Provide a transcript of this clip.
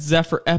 Zephyr